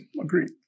Agreed